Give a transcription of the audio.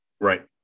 Right